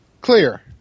clear